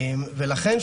ולכן,